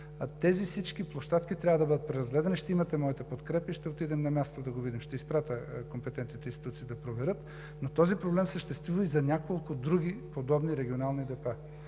Тези всички площадки трябва да бъдат преразгледани. Ще имате моята подкрепа и ще отидем на място да го видим. Ще изпратя компетентните институции да проверят, но този проблем съществува и за няколко други подобни регионални